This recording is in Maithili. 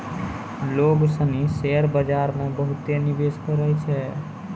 लोग सनी शेयर बाजार मे बहुते निवेश करै छै